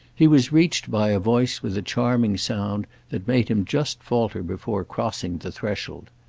he was reached by a voice with a charming sound that made him just falter before crossing the threshold.